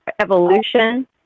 evolution